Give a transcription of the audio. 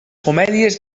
comèdies